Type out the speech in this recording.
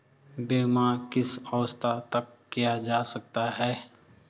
बीमा किस अवस्था तक किया जा सकता है?